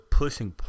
pushing